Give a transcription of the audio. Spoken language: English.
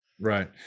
Right